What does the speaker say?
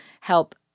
help